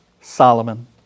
Solomon